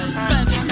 spending